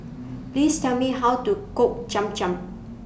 Please Tell Me How to Cook Cham Cham